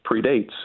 predates